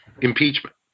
impeachment